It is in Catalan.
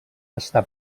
està